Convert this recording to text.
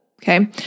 Okay